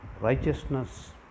Righteousness